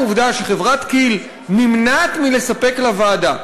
העובדה שחברת כי"ל נמנעת מלספק לוועדה,